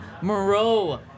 moreau